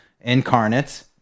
incarnate